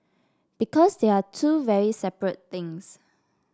because they are two very separate things